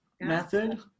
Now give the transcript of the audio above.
method